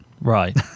Right